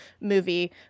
movie